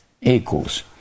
equals